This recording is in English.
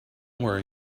worry